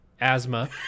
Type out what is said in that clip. Asthma